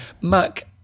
Mark